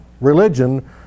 Religion